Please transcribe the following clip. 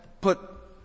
put